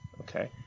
Okay